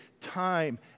time